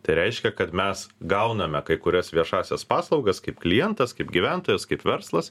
tai reiškia kad mes gauname kai kurias viešąsias paslaugas kaip klientas kaip gyventojas kaip verslas